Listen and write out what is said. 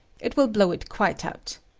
it will blow it quite out